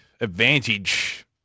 advantage